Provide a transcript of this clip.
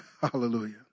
Hallelujah